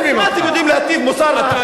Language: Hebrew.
מה אתם יודעים להטיף מוסר לאחרים?